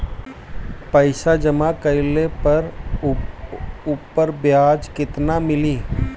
पइसा जमा कइले पर ऊपर ब्याज केतना मिली?